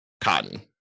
cotton